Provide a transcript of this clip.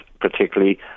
particularly